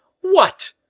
What